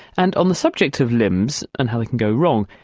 and on the subject of limbs and how they can go wrong,